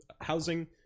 housing